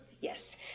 Yes